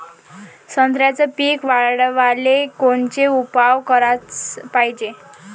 संत्र्याचं पीक वाढवाले कोनचे उपाव कराच पायजे?